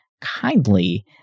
kindly